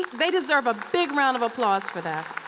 they deserve a big round of applause for that.